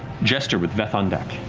jester, with veth on deck.